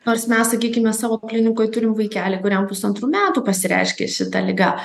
nors mes sakykime savo klinikoj turim vaikelį kuriam pusantrų metų pasireiškė šita liga